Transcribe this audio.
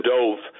Dove